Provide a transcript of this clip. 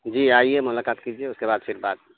جی آئیے ملاقات کیجیے اس کے بعد پھر بات